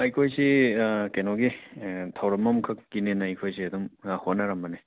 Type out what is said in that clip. ꯑꯩꯈꯣꯏꯁꯤ ꯑꯥ ꯀꯩꯅꯣꯒꯤ ꯑꯦ ꯊꯧꯔꯝ ꯑꯃ ꯈꯛꯀꯤꯅꯦꯅ ꯑꯩꯈꯣꯏꯁꯦ ꯑꯗꯨꯝ ꯑꯥ ꯍꯣꯠꯅꯔꯝꯕꯅꯦ